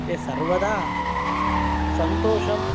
ते सर्वदा सन्तोषं